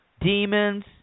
demons